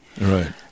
Right